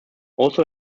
also